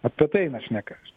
apie tai eina šneka